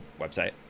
website